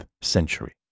century